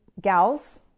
gals